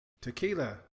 Tequila